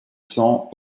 cents